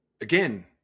again